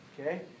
Okay